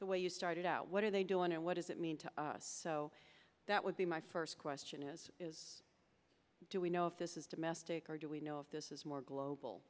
the way you started out what are they doing and what does it mean to us so that would be my first question is do we know if this is domestic or do we know if this is more global